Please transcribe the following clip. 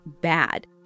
bad